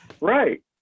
Right